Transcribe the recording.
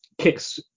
kicks